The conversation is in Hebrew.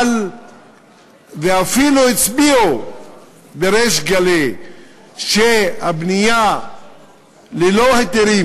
ואפילו הצביעו בריש גלי שהבנייה ללא היתרים,